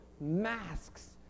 Masks